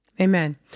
Amen